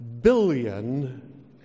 billion